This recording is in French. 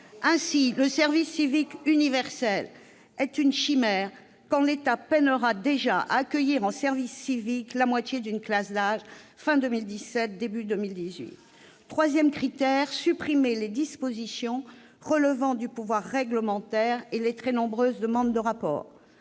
Ainsi, le service civique universel est une chimère, sachant que l'État peinera déjà à accueillir en service civique la moitié d'une classe d'âge à la fin de 2017 et au début de 2018. Troisièmement, nous devions supprimer les dispositions relevant du pouvoir réglementaire et les très nombreuses demandes de rapport.